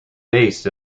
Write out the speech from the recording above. based